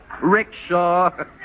rickshaw